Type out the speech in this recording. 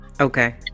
okay